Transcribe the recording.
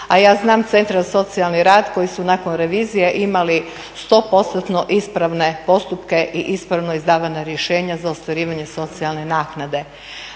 A ja znam centre za socijalni rad koji su nakon revizije imali sto postotno ispravne postupke i ispravno izdavana rješenja za ostvarivanje socijalne naknade.